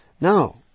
No